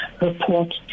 report